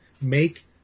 make